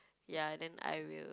ya then I will